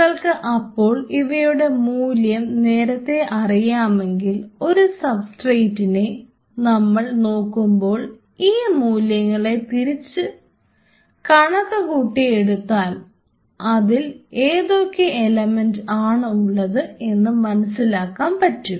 നിങ്ങൾക്ക് അപ്പോൾ ഇവയുടെ മൂല്യം നേരത്തെ അറിയാമെങ്കിൽ ഒരു സബ്സ്ട്രേറ്റിനെ നമ്മൾ നോക്കുമ്പോൾ ഈ മൂല്യങ്ങളെ തിരിച്ച് കണക്കുകൂട്ടി എടുത്താൽ അതിൽ ഏതൊക്കെ എലമെന്റ് ആണ് ഉള്ളത് എന്ന് മനസ്സിലാക്കാൻ പറ്റും